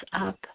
up